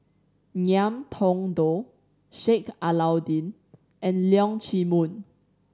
Ngiam Tong Dow Sheik Alau'ddin and Leong Chee Mun